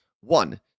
One